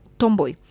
tomboy